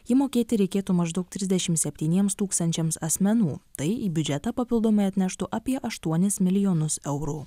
jį mokėti reikėtų maždaug trisdešimt septyniems tūkstančiams asmenų tai į biudžetą papildomai atneštų apie aštuonis milijonus eurų